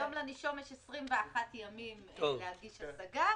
היום לנישום יש 21 ימים להגיש השגה,